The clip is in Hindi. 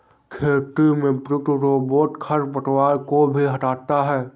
खेती में प्रयुक्त रोबोट खरपतवार को भी हँटाता है